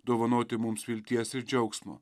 dovanoti mums vilties ir džiaugsmo